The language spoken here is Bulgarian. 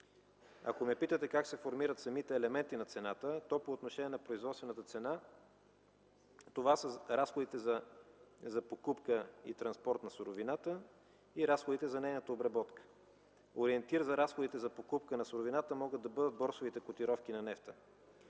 Ако ме питате как се формират самите елементи на цената, то по отношение на производствената цена, това са разходите за покупка и транспорт на суровината и разходите за нейната обработка. Ориентир за разходите за покупка на суровината могат да бъдат борсовите котировки на нефта.